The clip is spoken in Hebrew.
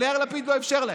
אבל יאיר לפיד לא אפשר להם,